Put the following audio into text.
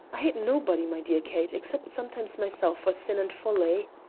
i hate nobody, my dear kate, except sometimes myself for sin and folly.